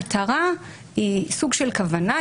מטרה היא סוג של כוונה,